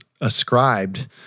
ascribed